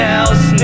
else